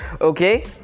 Okay